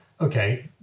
okay